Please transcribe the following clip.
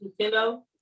Nintendo